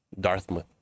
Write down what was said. Dartmouth